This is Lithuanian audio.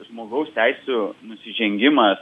žmogaus teisių nusižengimas